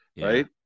right